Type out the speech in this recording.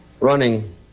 running